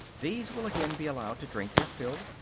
these will again be allowed to drink their fill,